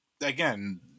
Again